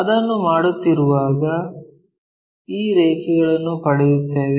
ಅದನ್ನು ಮಾಡುತ್ತಿರುವಾಗ ಈ ರೇಖೆಗಳನ್ನು ಪಡೆಯುತ್ತೇವೆ